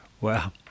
Wow